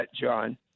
John